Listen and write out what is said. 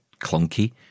clunky